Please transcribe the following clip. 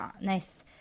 nice